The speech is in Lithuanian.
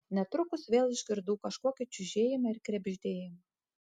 netrukus vėl išgirdau kažkokį čiužėjimą ir krebždėjimą